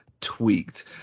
tweaked